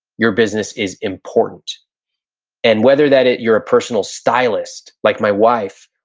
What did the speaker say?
your business is important and whether that it you're a personal stylist like my wife,